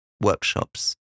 workshops